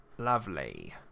Lovely